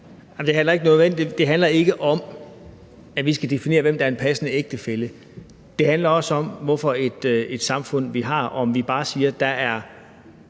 16:27 Søren Pape Poulsen (KF): Det handler ikke om, at vi skal definere, hvem der er en passende ægtefælle. Det handler også om, hvad for et samfund, vi har, og om vi bare siger, at der er